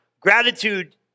Gratitude